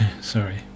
sorry